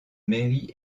mairie